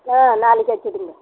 ஆ நாளைக்கு அடிச்சிவிடுங்க